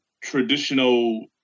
traditional